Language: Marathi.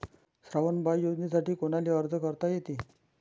श्रावण बाळ योजनेसाठी कुनाले अर्ज करता येते?